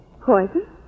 poison